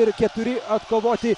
ir keturi atkovoti